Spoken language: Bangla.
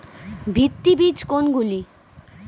ভিত্তি বীজ কোনগুলি?